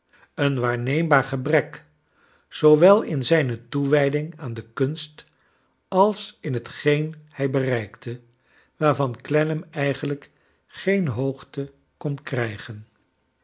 een waarneembaar gebrek zoowel in zijne toewijding aan de kunst a is in hetgeen hij bereikte waarvan clennam eigenlijk geen hoogtc kon krijgen